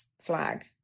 flag